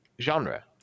genre